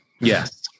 yes